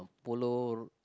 polo